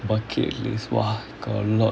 bucket list !wah! got a lot